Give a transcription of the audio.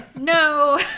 No